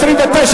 שב במקומך.